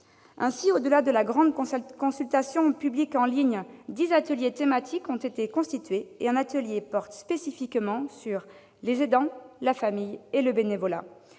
Ainsi, au-delà de la grande consultation publique en ligne, dix ateliers thématiques ont été constitués, dont l'un porte spécifiquement sur les aidants, la famille et le bénévolat.